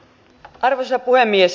arvoisa puhemies